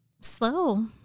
slow